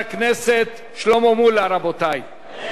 2009, של חבר הכנסת שלמה מולה, רבותי, מי בעד?